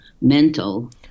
mental